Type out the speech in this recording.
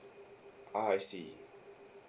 ah I see